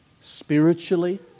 Spiritually